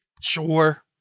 Sure